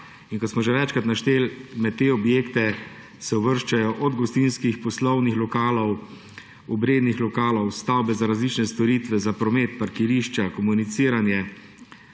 Kot smo že večkrat našteli, med te objekte se uvrščajo od gostinskih, poslovnih lokalov, obrednih lokalov, stavbe za različne storitve, za promet, parkirišča, komuniciranje